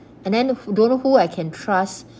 and then who don't know who I can trust